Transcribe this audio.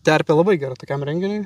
terpė labai gera tokiam renginiui